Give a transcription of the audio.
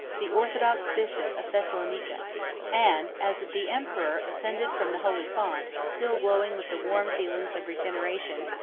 the orthodox bishop of thessalonica and, as the emperor ascended from the holy font, still glowing with the warm feelings of regeneration,